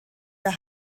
der